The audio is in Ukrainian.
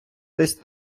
десь